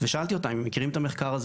ושאלתי אותה אם הם מכירים את המחקר הזה